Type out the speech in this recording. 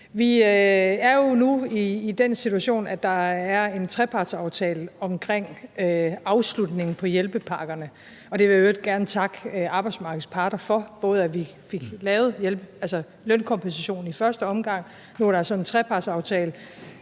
Vi er jo nu i den situation, at der er en trepartsaftale omkring afslutningen på hjælpepakkerne, og jeg vil i øvrigt gerne takke arbejdsmarkedets parter for, at vi fik lavet lønkompensationen i første omgang. Nu er der så en trepartsaftale.